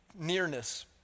nearness